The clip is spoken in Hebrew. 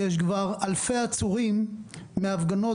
יש כבר אלפי עצורים מהפגנות,